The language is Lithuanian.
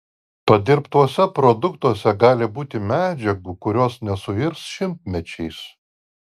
padirbtuose produktuose gali būti medžiagų kurios nesuirs šimtmečiais